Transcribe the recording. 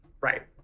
Right